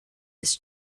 his